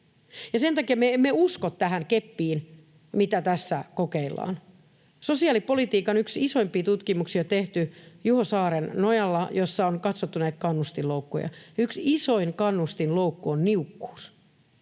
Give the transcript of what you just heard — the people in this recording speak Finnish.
sen takia me emme usko tähän keppiin, mitä tässä kokeillaan. Sosiaalipolitiikan yksi isoimpia tutkimuksia on tehty Juho Saaren nojalla, ja siinä on katsottu näitä kannustinloukkuja. Yksi isoin kannustinloukku on niukkuus.